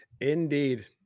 Indeed